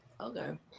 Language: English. okay